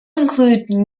including